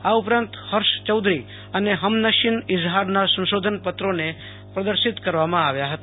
આ ઉપરાંત હર્ષ ચૌધરી અને હમનશિન ઈઝહારનાં સંશોધનપત્રોને પ્રદશિત કરવામાં આવ્યા હતા